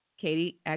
Katie